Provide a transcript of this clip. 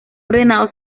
ordenado